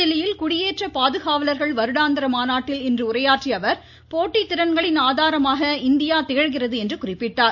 புதுதில்லியில் குடியேற்ற பாதுகாவலர்கள் வருடாந்திர மாநாட்டில் இன்று உரையாற்றிய அவர் போட்டி திறன்களின் ஆதாரமாக இந்தியா திகழ்கிறது என்று குறிப்பிட்டார்